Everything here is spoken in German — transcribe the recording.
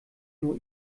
nur